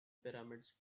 pyramids